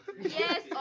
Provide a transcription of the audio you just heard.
Yes